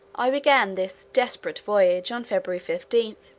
i began this desperate voyage on february fifteen,